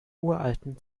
uralten